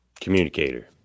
Communicator